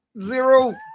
zero